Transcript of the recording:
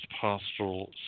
pastoral